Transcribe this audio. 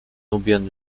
nubian